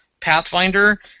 Pathfinder